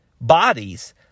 bodies